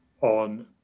on